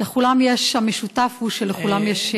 המשותף הוא שלכולם יש,